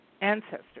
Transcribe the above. ancestors